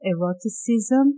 eroticism